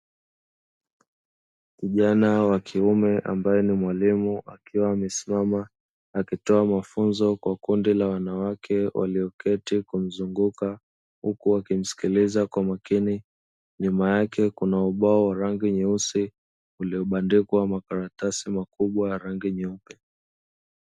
Kijana wakiume ambae ni mwalimu, akiwa amesimama akitoa mafunzo kwa kundi la wanawake, walioketi kumzunguka huku wakimsikiliza kwa makini nyuma yake kuna ubao wa rangi nyeusi, uliobadikwa makaratasi makubwa ya rangi nyeupe.